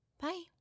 Bye